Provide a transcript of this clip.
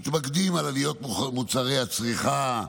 מתמקדים בעליות מוצרי הצריכה,